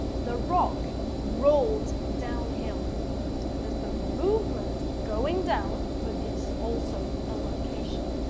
the rock rolled downhill there's the movement going down, but it's also a location.